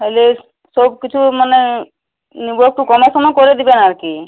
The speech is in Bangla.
তালে সব কিছু মানে নেবো একটু কমে সমে করে দিবেন আর কি